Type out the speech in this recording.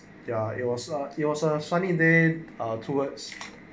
ya it was a it was a sunny then towards